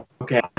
Okay